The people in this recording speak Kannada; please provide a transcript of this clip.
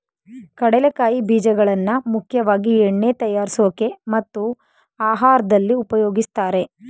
ಕಡಲೆಕಾಯಿ ಬೀಜಗಳನ್ನಾ ಮುಖ್ಯವಾಗಿ ಎಣ್ಣೆ ತಯಾರ್ಸೋಕೆ ಮತ್ತು ಆಹಾರ್ದಲ್ಲಿ ಉಪಯೋಗಿಸ್ತಾರೆ